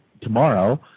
tomorrow